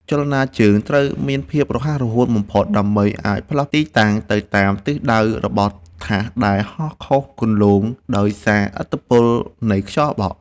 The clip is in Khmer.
ចលនាជើងត្រូវមានភាពរហ័សរហួនបំផុតដើម្បីអាចផ្លាស់ទីទៅតាមទិសដៅរបស់ថាសដែលហោះខុសគន្លងដោយសារឥទ្ធិពលនៃខ្យល់បក់។